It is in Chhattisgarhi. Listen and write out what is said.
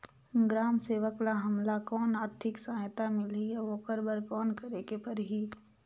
ग्राम सेवक ल हमला कौन आरथिक सहायता मिलही अउ ओकर बर कौन करे के परही?